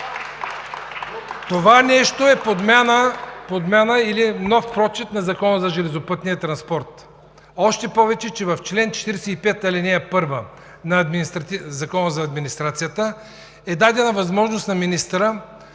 Това нещо е подмяна или е нов прочит на Закона за железопътния транспорт. Още повече, че в чл. 45, ал. 1 на Закона за администрацията е дадена възможност на министъра